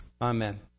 Amen